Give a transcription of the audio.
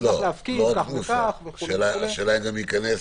שצריך להפקיד